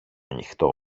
ανοιχτό